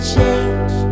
change